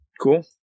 cool